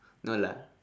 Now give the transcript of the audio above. no lah